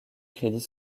crédit